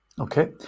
Okay